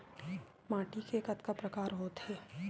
माटी के कतका प्रकार होथे?